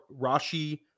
Rashi